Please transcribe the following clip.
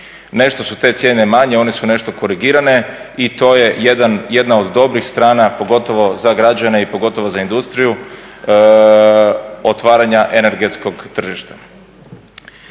Ne što su te cijene manje, one su nešto korigirane i to je jedna od dobrih strana pogotovo za građane i pogotovo za industriju otvaranja energetskog tržišta.